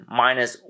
minus